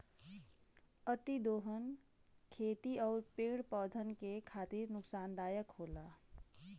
अतिदोहन खेती आउर पेड़ पौधन के खातिर नुकसानदायक होला